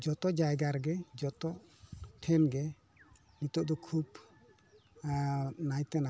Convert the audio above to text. ᱡᱚᱛᱚ ᱡᱟᱭᱜᱟ ᱨᱮᱜᱮ ᱡᱚᱛᱚ ᱴᱷᱮᱱ ᱜᱮ ᱱᱤᱛᱳᱜ ᱫᱚ ᱠᱷᱩᱵᱽ ᱱᱟᱭ ᱛᱮ ᱱᱟᱯᱟᱭ ᱛᱮ